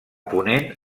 ponent